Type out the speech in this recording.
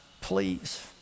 please